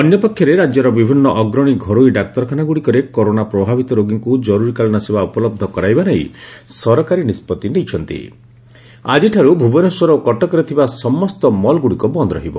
ଅନ୍ୟ ପକ୍ଷରେ ରାଜ୍ୟର ବିଭିନୁ ଅଗ୍ରଶୀ ଘରୋଇ ଡାକ୍ତରଖାନାଗୁଡ଼ିକରେ କରୋନା ପ୍ରଭାବିତ ରୋଗୀଙ୍କୁ ଜରୁରୀକାଳୀନ ସେବା ଉପଲହ କରାଇବା ନେଇ ସରକାରୀ ନିଷ୍ବଉ ନେଇଛନ୍ତି ଆଜିଠାରୁ ଭୁବନେଶ୍ୱର ଓ କଟକରେ ଥିବା ସମସ୍ତ ମଲଗୁଡ଼ିକ ବନ୍ଦ ରହିବ